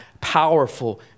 powerful